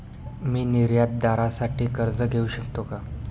मी निर्यातदारासाठी कर्ज घेऊ शकतो का?